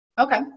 Okay